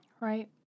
Right